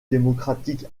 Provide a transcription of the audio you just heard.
démocratique